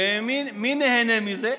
ומי נהנה מזה?